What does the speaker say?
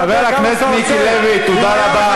חבר הכנסת מיקי לוי, תודה רבה.